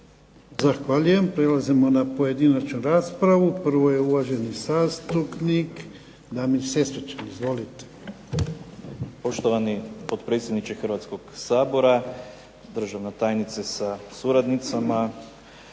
Zahvaljujem. Prelazimo na pojedinačnu raspravu. Prvo je uvaženi zastupnik Damir Sesvečan. Izvolite. **Sesvečan, Damir (HDZ)** Poštovani potpredsjedniče Hrvatskog sabora, državna tajnice sa suradnicama.